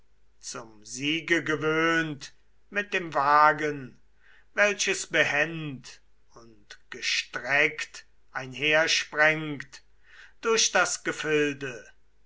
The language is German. zum siege gewöhnt mit dem wagen welches behend und gestreckt einhersprengt durch das gefilde